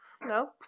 no